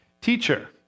Teacher